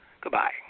goodbye